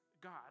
God